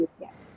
yes